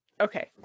Okay